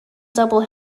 double